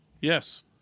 Yes